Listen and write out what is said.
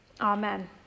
Amen